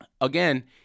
Again